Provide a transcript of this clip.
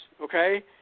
Okay